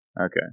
Okay